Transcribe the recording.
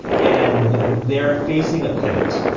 and they are facing a pivot.